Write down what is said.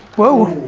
whoa.